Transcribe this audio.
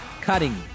cutting